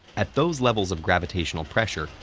at those levels of gravitational pressure,